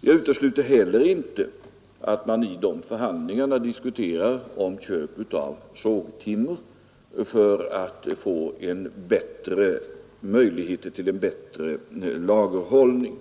Jag utesluter heller inte att man i de förhandlingarna diskuterar köp av sågtimmer för att få möjligheter till en bättre lagerhållning.